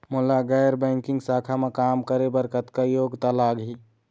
मोला गैर बैंकिंग शाखा मा काम करे बर कतक योग्यता लगही?